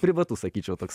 privatus sakyčiau toks